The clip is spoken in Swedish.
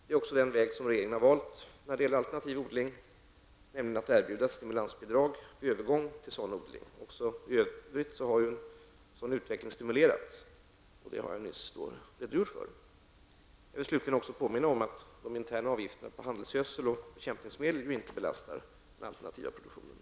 Det är också den väg regeringen valt när det gäller alternativ odling, nämligen att erbjuda ett stimulansbidrag vid övergång till sådan odling. Även i övrigt har en sådan utveckling stimulerats, vilket jag nyss redogjort för. Slutligen vill jag också påminna om att de interna avgifterna på handelsgödsel och bekämpningsmedel inte belastar den alternativa produktionen.